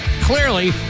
Clearly